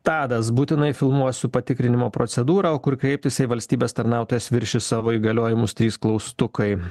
tadas būtinai filmuosiu patikrinimo procedūrą o kur kreiptis jei valstybės tarnautojas viršys savo įgaliojimus trys klaustukai